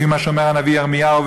לפי מה שאומר הנביא ירמיהו,